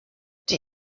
die